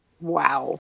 Wow